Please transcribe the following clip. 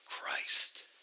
Christ